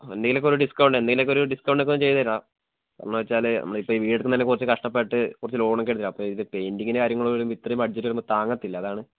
എന്തെങ്കിലുമൊക്കെ ഒരു ഡിസ്കൗണ്ട് എന്തെങ്കിലുമൊക്കെ ഒരു ഡിസ്കൗണ്ടൊക്കെ ഒന്ന് ചെയ്തുതരണം എന്നു വെച്ചാൽ നമ്മളിപ്പോൾ ഈ വീട് എടുക്കുന്നതിന് കുറച്ച് കഷ്ടപ്പെട്ട് കുറച്ച് ലോണൊക്കെയുണ്ട് അപ്പോൾ ഇത് പെയിൻ്റിങ്ങിൻ്റെ കാര്യങ്ങൾ വരുമ്പോൾ ഇത്രയും ബഡ്ജെറ്റ് വരുമ്പോൾ താങ്ങത്തില്ല അതാണ്